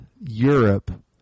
Europe